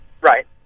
Right